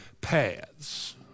paths